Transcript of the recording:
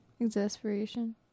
Exasperation